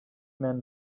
men